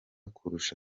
kurusha